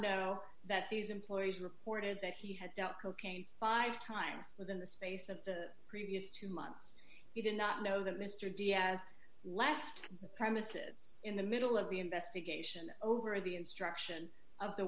know that these employees reported that he had cocaine five times within the space of the previous two months he did not know that mr diaz left the premises in the middle of the investigation over the instruction of the